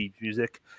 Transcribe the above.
music